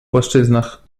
płaszczyznach